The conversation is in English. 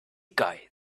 guy